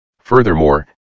Furthermore